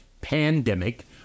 pandemic